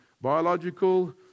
biological